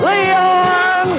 Leon